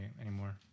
anymore